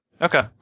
Okay